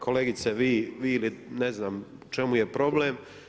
Kolegice, vi ili ne znam u čemu je problem.